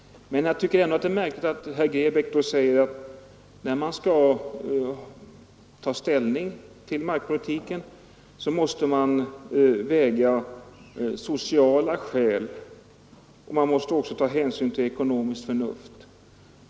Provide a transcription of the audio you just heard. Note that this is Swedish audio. Herr Grebäck säger att när man skall ta ställning till markpolitiken måste man väga sociala skäl mot varandra och ta hänsyn till ekonomiskt förnuft.